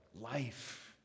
life